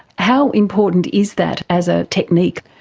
how important is that as a technique?